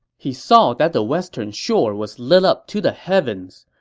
he saw that the western shore was lit up to the heavens.